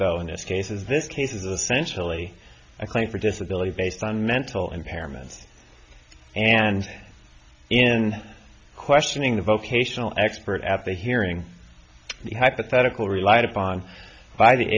though in this case is this case is essentially a claim for disability based on mental impairment and in questioning the vocational expert at the hearing hypothetical relied upon by the